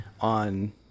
on